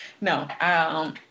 No